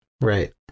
Right